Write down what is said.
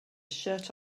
shirt